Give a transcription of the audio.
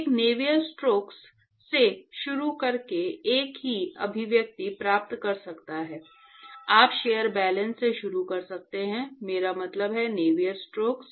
एक Navier Stokes से शुरू करके एक ही अभिव्यक्ति प्राप्त कर सकता है आप शेल बैलेंस से शुरू कर सकते हैं मेरा मतलब है नेवियर स्टोक्स